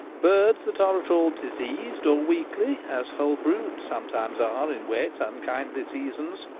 birds that are at all diseased or weakly, as whole broods sometimes are in wet unkindly seasons,